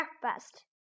breakfast